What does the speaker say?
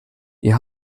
ihr